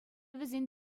вӗсен